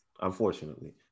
Unfortunately